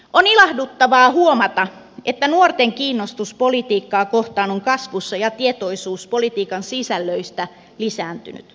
on ilahduttavaa huomata että nuorten kiinnostus politiikkaa kohtaan on kasvussa ja tietoisuus politiikan sisällöistä lisääntynyt